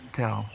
tell